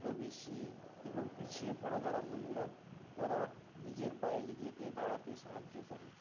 ও B C এবং পিছিয়ে পড়া যারা মহিলা তারা নিজের পায়ে নিজেকে দাঁড়াতে সাহায্য করে